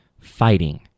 fighting